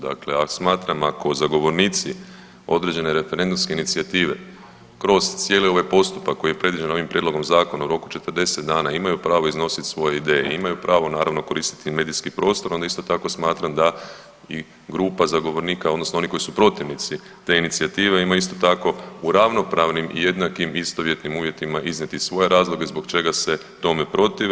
Dakle, smatram ako zagovornici određene referendumske inicijative kroz cijeli ovaj postupak koji je predviđen ovim prijedlogom zakona u roku 40 dana imaju pravo iznositi svoje ideje, imaju pravo naravno koristiti medijski prostor onda isto tako smatram da i grupa zagovornika, odnosno oni koji su protivnici te inicijative imaju isto tako u ravnopravnim i istovjetnim uvjetima iznijeti svoje razloge zbog čega se tome protive.